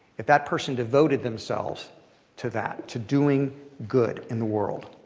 if that person devoted themselves to that, to doing good in the world?